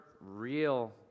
real